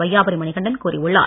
வையாபுரி மணிகண்டன் கூறியுள்ளார்